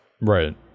Right